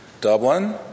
Dublin